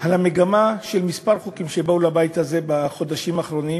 על המגמה של כמה חוקים שבאו לבית הזה בחודשים האחרונים,